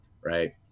right